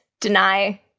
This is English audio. deny